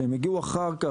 שהן הגיעו אחר-כך